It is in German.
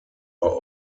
war